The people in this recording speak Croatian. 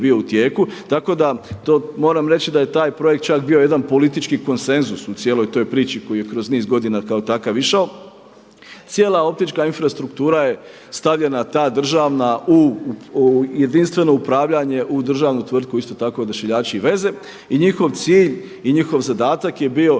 bio u tijeku, tako da moram reći da je taj projekt čak bio jedan politički konsenzus u cijeloj toj priči koji je kroz niz godina kao takav išao. Cijela optička infrastruktura je stavljena, ta državna u jedinstveno upravljanje u državnu tvrtku, isto tako Odašiljači i veze. I njih cilj i njihov zadatak je bio